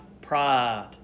pride